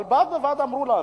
אבל בד בבד אמרו לנו: